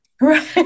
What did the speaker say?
right